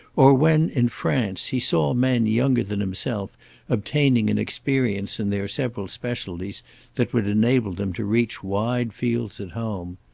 or when, in france, he saw men younger than himself obtaining an experience in their several specialties that would enable them to reach wide fields at home.